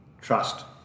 trust